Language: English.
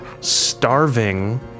starving